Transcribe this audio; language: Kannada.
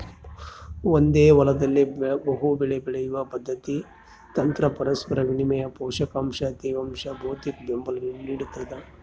ಒಂದೇ ಹೊಲದಲ್ಲಿ ಬಹುಬೆಳೆ ಬೆಳೆಯುವ ಪದ್ಧತಿ ತಂತ್ರ ಪರಸ್ಪರ ವಿನಿಮಯ ಪೋಷಕಾಂಶ ತೇವಾಂಶ ಭೌತಿಕಬೆಂಬಲ ನಿಡ್ತದ